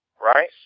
right